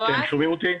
בועז,